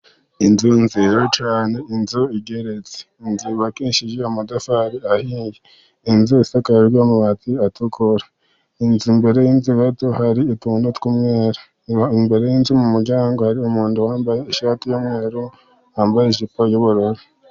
Inzu nziza cyane inzu igeretse inzu yubakishije amatafari ahiye, inzu isakaje amabati atukura, inzu imbere y'inzu gato hari utuntu tw'umweru. Iba imbere y'inzu mu muryango hari umuntu wambaye ishati y'umweru wambaye ijipo yu'ubururu.